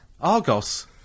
Argos